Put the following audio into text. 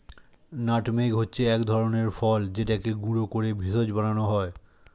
nutmeg হচ্ছে এক ধরনের ফল যেটাকে গুঁড়ো করে ভেষজ বানানো হয়